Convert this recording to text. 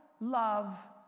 love